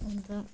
अन्त